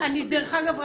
דרך אגב,